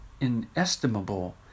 inestimable